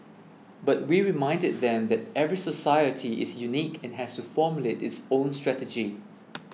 but we reminded them that every society is unique and has to formulate its own strategy